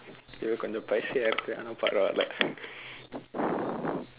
இது கொஞ்சம்:ithu konjsam paiseh யா இருக்கு ஆனா பரவாயில்லை:yaa irukku aanaa paravaayillai